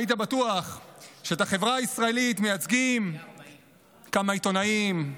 היית בטוח שאת החברה הישראלית מייצגים כמה עיתונאים,